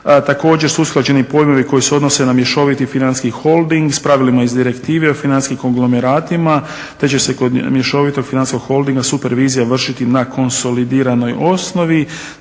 Također su usklađeni pojmovi koji se odnose na mješoviti financijski holding sa pravilima iz Direktive o financijskim konglomeratima. Te će se kod mješovitog financijskog holdinga super vizija vršiti na konsolidiranoj osnovi.